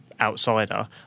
Outsider